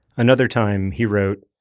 another time he wrote,